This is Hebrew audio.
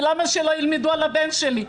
ולמה שלא ילמדו על הבן שלי?